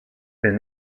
been